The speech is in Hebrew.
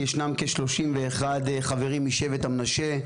ישנם כ-31 חברים משבט המנשה,